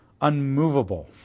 unmovable